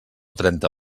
trenta